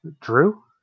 Drew